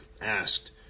asked